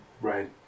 Right